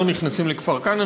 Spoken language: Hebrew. לא נכנסים לכפר-כנא,